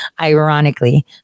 Ironically